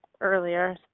earlier